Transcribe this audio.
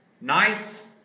nice